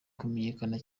kumenyekana